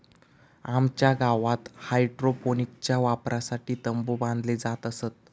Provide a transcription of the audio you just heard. आमच्या गावात हायड्रोपोनिक्सच्या वापरासाठी तंबु बांधले जात असत